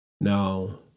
Now